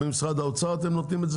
אנחנו בצד שלכם, במה שאתם צריכים לעשות.